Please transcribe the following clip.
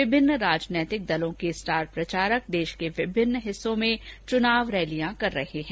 विभिन्न राजनीतिक दलों के स्टार प्रचारक देश के विभिन्न हिस्सों में च्नाव रैलियां कर रहे हैं